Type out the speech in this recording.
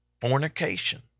Fornication